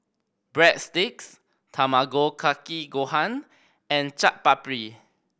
Breadsticks Tamago Kake Gohan and Chaat Papri